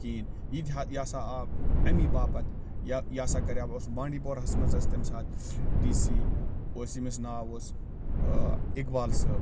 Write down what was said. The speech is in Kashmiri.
کِہیٖنی یہِ تہِ یہِ ہسا آو اَمے باپَتھ یہِ ہسا کَریٛاو اوس بانٛڈی پوراہَس منٛز اسہِ تِمہِ ساتہٕ ڈی سی اوس ییٚمِس ناو اوس اۭں اِقبال صاب